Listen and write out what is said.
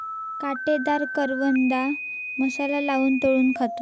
काटेदार करवंदा मसाला लाऊन तळून खातत